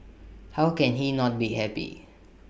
how can he not be happy